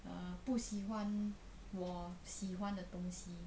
uh 不喜欢我喜欢的东西